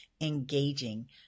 engaging